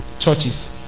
Churches